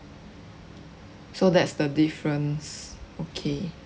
so that's the difference okay